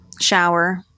shower